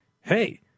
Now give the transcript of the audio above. Hey